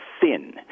thin